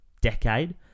decade